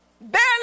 Barely